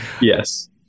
Yes